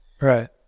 Right